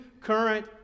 current